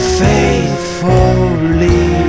faithfully